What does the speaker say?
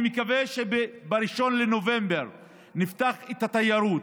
אני מקווה שב-1 בנובמבר נפתח את התיירות,